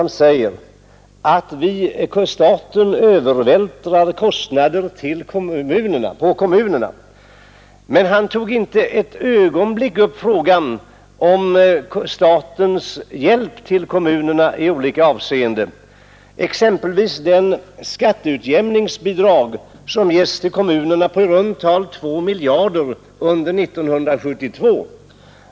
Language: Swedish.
Han sade att staten övervältrar kostnader på kommunerna. Men han berörde inte med ett ord statens hjälp till kommunerna i olika avseenden, bl.a. genom det skatteutjämningsbidrag som ges till kommunerna och som utgjorde i runt tal 2 miljarder kronor under 1972.